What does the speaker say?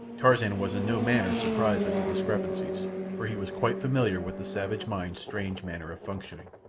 tarzan was in no manner surprised at the discrepancies, for he was quite familiar with the savage mind's strange manner of functioning.